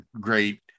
great